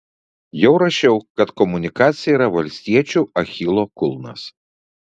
jau rašiau kad komunikacija yra valstiečių achilo kulnas